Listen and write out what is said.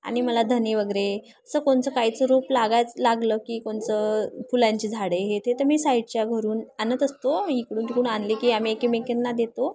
आणि मला धणे वगैरे असं कोणचं कायचं रोप लागायच लागलं की कोणचं फुलांची झाडे हे ते तर मी साईडच्या घरून आणत असतो इकडून तिकडून आणले की आम्ही एकमेकींना देतो